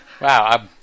Wow